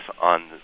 on